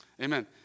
Amen